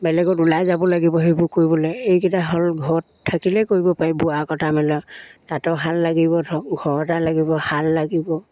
বেলেগত ওলাই যাব লাগিব সেইবোৰ কৰিবলৈ এইকেইটা হ'ল ঘৰত থাকিলেই কৰিব পাৰি বোৱা কটা মেলা তাঁতৰ শাল লাগিব ধৰক ঘৰ এটা লাগিব শাল লাগিব